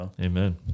Amen